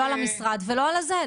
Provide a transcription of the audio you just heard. לא למשרד ואל לזה,